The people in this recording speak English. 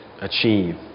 achieve